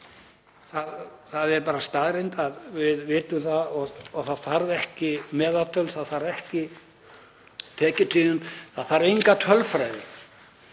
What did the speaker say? Það er bara staðreynd, við vitum það, og það þarf ekki meðaltöl, ekki tekjutíund, það þarf enga tölfræði